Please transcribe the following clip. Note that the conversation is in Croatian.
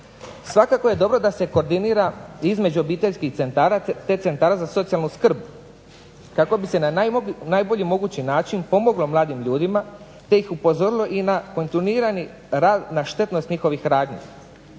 Svakako je dobro da se koordinira između obiteljskih centara i centara za socijalnu skrb kako bi se na najbolji mogući način pomoglo mladim ljudima te ih upozorilo na kontinuirani rad